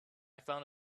found